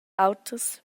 auters